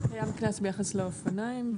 קיים קנס ביחס לאופניים.